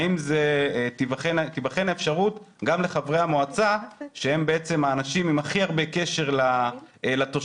האם תיבחן האפשרות גם לחברי המועצה שהם האנשים עם הכי הרבה קשר לתושבים?